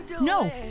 no